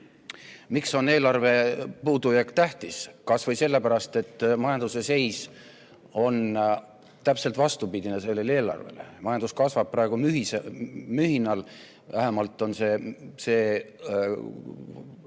Miks on eelarve puudujääk tähtis? Kasvõi sellepärast, et majanduse seis on täpselt vastupidine sellele eelarvele, majandus kasvab praegu mühinal. Vähemalt on prognoos,